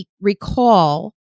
recall